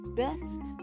best